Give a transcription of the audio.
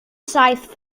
saith